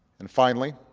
and finally,